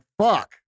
Fuck